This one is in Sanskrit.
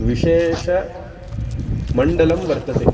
विशेषमण्डलं वर्तते